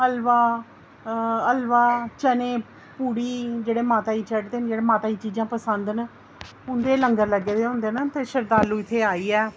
हलवा हलवा चने पूड़ियां जेह्ड़े माता गी चढ़दे न जेह्ड़े माता गी पसंद न ते उंदे लंगर लग्गे दे होंदे न ते शरधालु इत्थें आइयै